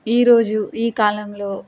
ఈరోజు ఈ కాలంలో